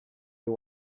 you